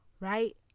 Right